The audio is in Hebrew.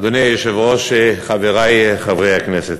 אדוני היושב-ראש, חברי חברי הכנסת,